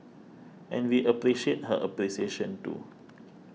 and we appreciate her appreciation too